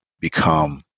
become